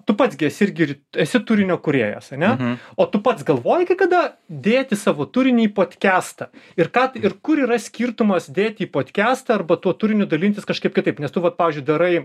tu pats gi esi irgi ir esi turinio kūrėjas ane o tu pats galvoji kai kada dėti savo turinį į podkestą ir ką ir kur yra skirtumas dėt į podkestą arba tuo turiniu dalintis kažkaip kitaip nes tu vat pavyzdžiui darai